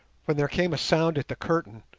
when there came a sound at the curtain,